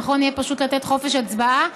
נכון יהיה פשוט לתת חופש הצבעה,